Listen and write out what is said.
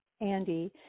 Andy